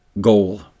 goal